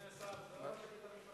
אדוני השר, בית-המשפט